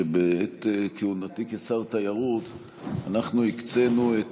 שבעת כהונתי כשר תיירות אנחנו הקצינו את